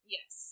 Yes